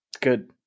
Good